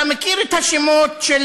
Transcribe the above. אתה מכיר את השמות של